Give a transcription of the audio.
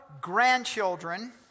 grandchildren